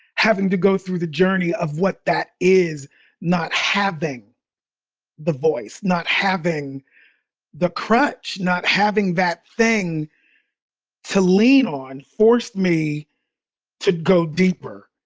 having to go through the journey of what that is not having the voice, not having the crutch, not having that thing to lean on forced me to go deeper.